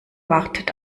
wartet